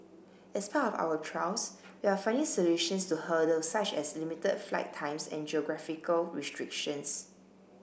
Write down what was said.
as part of our trials we are finding solutions to hurdle such as limited flight times and geographical restrictions